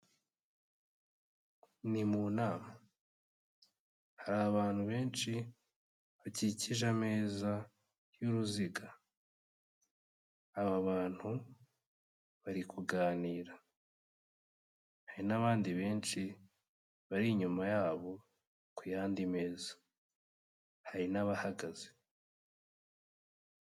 Ni mu nama, hari abantu benshi bakikije ameza y'uruziga, aba bantu bari kuganira, hari n'abandi benshi bari inyuma yabo ku yandi meza hari n'abahagaze.